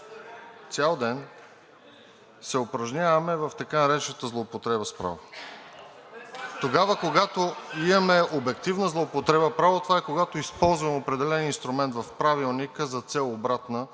цял ден се упражняваме в така наречената злоупотреба с право. (Шум и реплики.) Тогава, когато имаме обективна злоупотреба с право, това е, когато използваме определен инструмент в Правилника за цел обратна